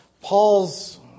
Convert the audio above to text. Paul's